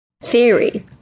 theory